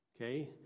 Okay